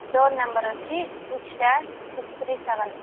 door number వచ్చి six dash six three seven